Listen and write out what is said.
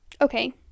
Okay